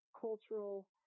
cultural